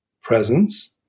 presence